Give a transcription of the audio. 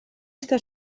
està